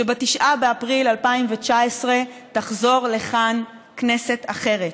שב-9 באפריל 2019 תחזור לכאן כנסת אחרת,